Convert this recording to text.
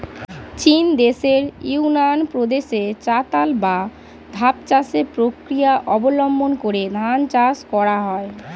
চীনদেশের ইউনান প্রদেশে চাতাল বা ধাপ চাষের প্রক্রিয়া অবলম্বন করে ধান চাষ করা হয়